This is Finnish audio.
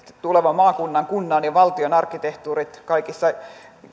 tulevan maakunnan kunnan ja valtion arkkitehtuurit kaikissa